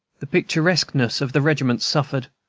the picturesqueness of the regiment suffered,